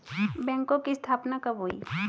बैंकों की स्थापना कब हुई?